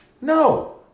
No